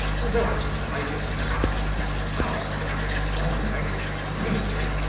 although i presided with absolute power over this long-legged community,